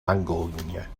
langogne